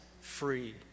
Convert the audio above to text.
free